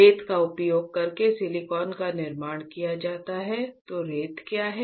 रेत का उपयोग करके सिलिकॉन का निर्माण किया जाता है तो रेत क्या है